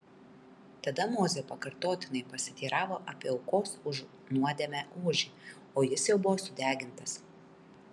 tada mozė pakartotinai pasiteiravo apie aukos už nuodėmę ožį o jis jau buvo sudegintas